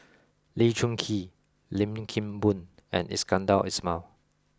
Lee Choon Kee Lim Kim Boon and Iskandar Ismail